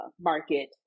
market